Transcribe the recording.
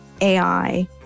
AI